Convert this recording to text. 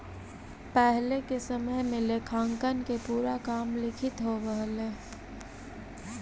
पहिले के समय में लेखांकन के पूरा काम लिखित होवऽ हलइ